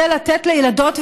לתת לילדות וילדים?